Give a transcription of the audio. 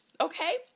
Okay